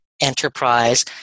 Enterprise